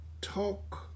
talk